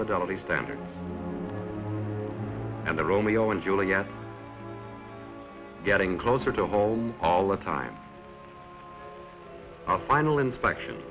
fidelity standard and the romeo and juliet getting closer to home all the time a final inspection